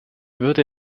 würde